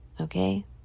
Okay